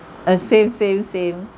uh same same same